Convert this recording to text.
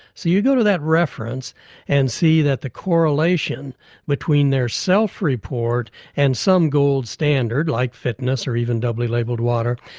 so you go to that reference and see that the correlation between their self-report and some gold standard like fitness or even doubly labelled water,